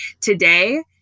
today